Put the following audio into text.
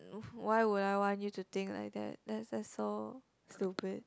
w~ why would I want you to think like that that's that's so stupid